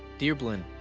dear blynn,